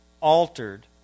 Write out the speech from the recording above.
altered